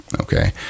Okay